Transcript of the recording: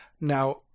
Now